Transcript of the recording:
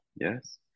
Yes